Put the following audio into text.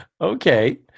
Okay